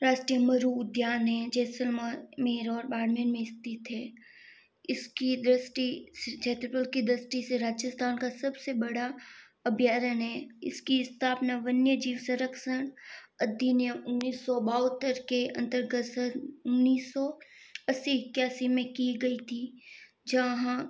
राष्ट्रीय मरू उद्यान है जैसलमेर और बाड़मेर में स्थित है इसकी दृष्टि क्षेत्रफल की दृष्टि से राजस्थान का सबसे बड़ा अभ्यारण है इसकी स्थापना वन्य जीव संरक्षण अधिनियम उन्नीस सौ बहत्तर के अंतर्गत सन उन्नीस सौ अस्सी इक्यासी में की गई थी जहाँ